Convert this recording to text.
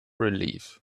relief